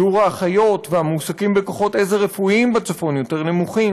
שיעור האחיות והמועסקים בכוחות עזר רפואיים בצפון יותר נמוך,